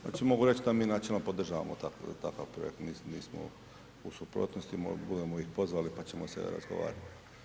Znači mogu reći da mi načelno podržavamo takav projekt, nismo u suprotnosti, budemo ih pozvali pa ćemo se razgovarati.